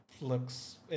looks